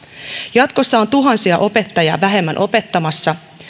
jatkossa on tuhansia opettajia vähemmän opettamassa